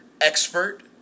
expert